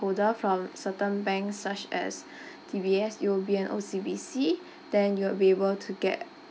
holder from certain banks such as D_B_S U_O_B and O_C_B_C then you will be able to get